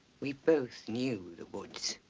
we both knew the woods.